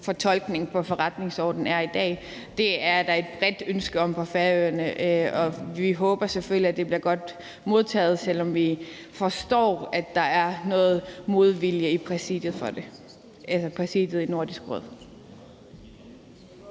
fortolkningen i forretningsordenen er i dag. Det er der et bredt ønske om fra Færøernes side, og vi håber selvfølgelig, at det bliver godt modtaget, selv om vi forstår, at der er noget modvilje i over for det i Præsidiet i Nordisk Råd.